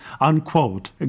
unquote